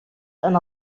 and